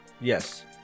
Yes